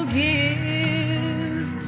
gives